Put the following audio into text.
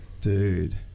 dude